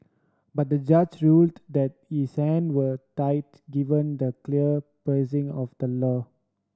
but the judge ruled that his hand were tied given the clear phrasing of the law